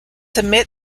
submit